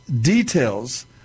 details